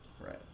right